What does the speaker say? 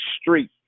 Street